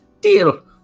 Deal